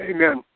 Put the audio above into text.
Amen